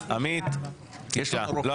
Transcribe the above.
הצבעה בעד, 4 נגד, 9 נמנעים, אין לא אושר.